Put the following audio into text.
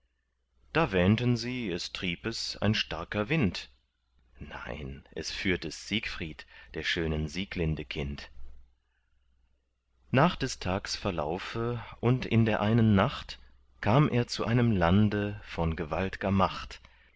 da wähnten sie es trieb es ein starker wind nein es führt es siegfried der schönen sieglinde kind nach des tags verlaufe und in der einen nacht kam er zu einem lande von gewaltger macht